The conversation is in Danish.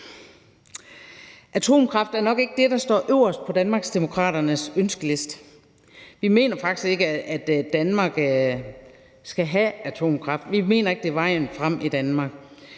Atomkraft er nok ikke det, der står øverst på Danmarksdemokraternes ønskeliste. Vi mener faktisk slet ikke, at Danmark skal have atomkraft. Vi mener ikke, det er vejen frem i Danmark.